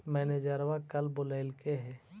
मैनेजरवा कल बोलैलके है?